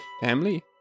family